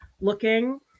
looking